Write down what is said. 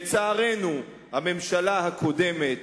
לצערנו, הממשלה הקודמת,